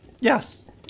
Yes